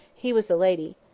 he was the lady.